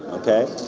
okay.